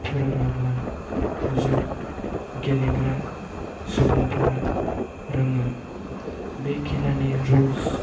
फोरोङाब्ला जों गेलेग्रा सुबुंफोरा रोङा बे खेलानि रुल्स